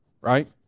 right